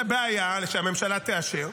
זו בעיה, שהממשלה תאשר.